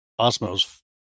Osmos